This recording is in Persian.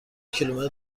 کیلومتر